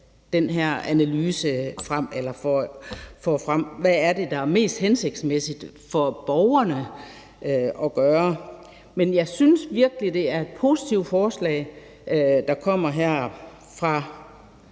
det er også, at vi får frem, hvad det er, der er det mest hensigtsmæssige for borgerne at gøre. Men jeg synes virkelig, det er et positivt forslag, der kommer her fra